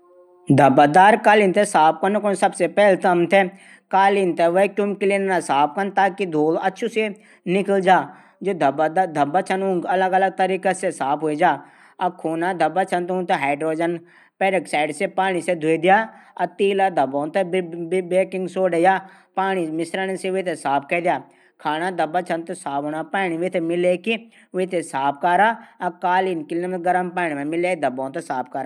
धब्बादार कालीन थै साफ कनू कू पैली त हमथे कालीन थै वैक्यूम क्लीनर से साफ कन। कि धूल अछू से निकल जा। जू धब्बा छन ऊ पूरी तरह निकल जा। अगर खून धब्बा छन उथैं हाइड्रोजन पैराआकसाइड से धो दीण। तेल धब्बा वैकिम सोडा से ध्वे दीण। खाणा धब्बा छन साबुन पाणी साफ कैद्या।